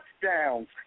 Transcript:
touchdowns